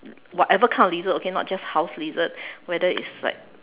whatever kind of lizard not just house lizard whether its like